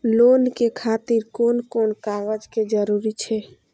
Loan के खातिर कोन कोन कागज के जरूरी छै?